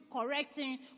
correcting